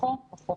בכל מקום,